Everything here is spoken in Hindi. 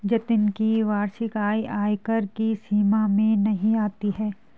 जतिन की वार्षिक आय आयकर की सीमा में नही आती है